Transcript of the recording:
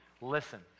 listen